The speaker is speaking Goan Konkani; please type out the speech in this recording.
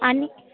आनी